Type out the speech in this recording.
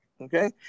okay